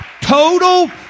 Total